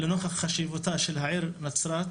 "לנוכח חשיבותה של העיר נצרת,